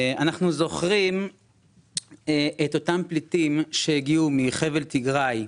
אנחנו זוכרים את אותם פליטים שהגיעו מחבל תיגראי,